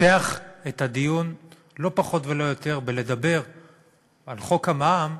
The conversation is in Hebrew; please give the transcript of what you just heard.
פותח את הדיון לא פחות ולא יותר בלדבר על חוק המע"מ,